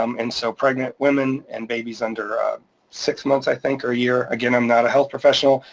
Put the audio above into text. um and so pregnant women and babies under six months, i think, or a year, again, i'm not a health professional,